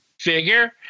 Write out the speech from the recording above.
figure